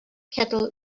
kettle